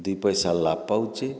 ଦୁଇ ପଇସା ଲାଭ୍ ପାଉଛେ